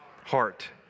heart